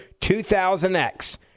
2000X